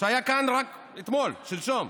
שהיה כאן רק אתמול, שלשום.